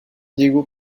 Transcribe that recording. diego